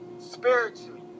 spiritually